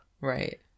right